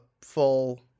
full